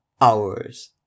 hours